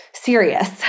serious